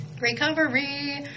recovery